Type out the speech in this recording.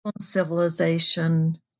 civilization